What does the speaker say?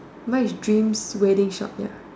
mine is dreams wedding shop ya